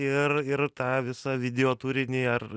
ir ir tą visą video turinį ar